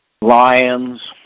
lions